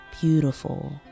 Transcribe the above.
beautiful